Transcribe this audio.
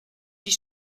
die